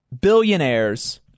billionaires